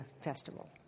festival